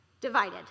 divided